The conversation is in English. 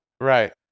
Right